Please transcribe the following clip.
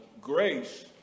grace